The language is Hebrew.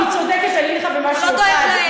צודקת במשהו אחד,